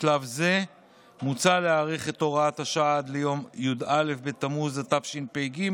בשלב זה מוצע להאריך את הוראת השעה עד ליום י"א בתמוז התשפ"ג,